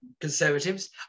conservatives